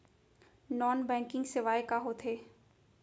non banking सेवाएं का होथे